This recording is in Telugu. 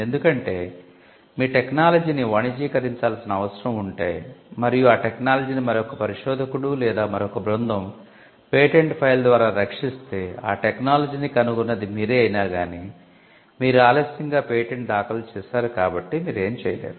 ఎందుకంటే మీ టెక్నాలజీని వాణిజ్యీకరించాల్సిన అవసరం ఉంటే మరియు ఆ టెక్నాలజీని మరొక పరిశోధకుడు లేదా మరొక బృందం పేటెంట్ ఫైల్ ద్వారా రక్షిస్తే ఆ టెక్నాలజీని కనుగొన్నది మీరే అయినా గానీ మీరు ఆలస్యంగా పేటెంట్ దాఖలు చేసారు కాబట్టి మీరేమి చేయలేరు